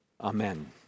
amen